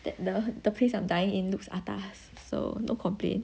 that the place I'm dying in looks atas so no complaint